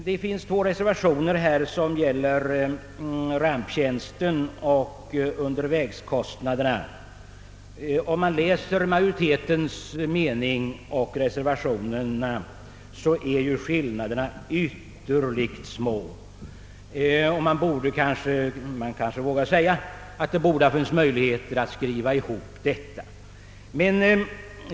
Det finns två reservationer som gäller ramptjänsten och undervägskostnaderna. Skillnaderna beträffande majoritetens mening och reservanternas är ytterligt små; det borde därför kanske ha funnits möjligheter att skriva ihop dessa åsikter.